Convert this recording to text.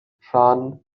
rhan